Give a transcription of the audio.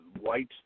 white